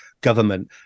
government